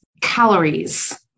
Calories